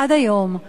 עד היום,